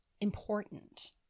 important